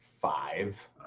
five